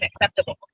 acceptable